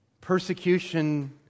Persecution